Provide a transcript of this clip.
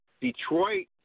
Detroit